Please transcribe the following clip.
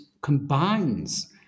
combines